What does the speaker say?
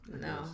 No